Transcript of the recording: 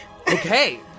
Okay